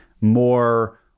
more